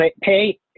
pay